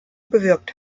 bewirkt